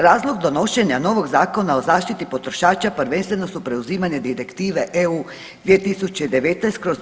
Razlog donošenja novog Zakona o zaštiti potrošača prvenstveno su preuzimanje Direktive EU 2019/